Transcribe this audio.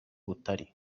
butari